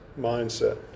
mindset